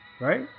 Right